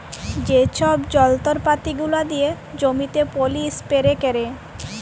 যে ছব যল্তরপাতি গুলা দিয়ে জমিতে পলী ইস্পেরে ক্যারে